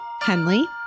Henley